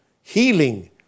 healing